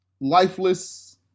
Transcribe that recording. lifeless